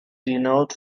renowned